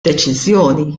deċiżjoni